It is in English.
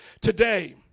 today